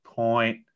point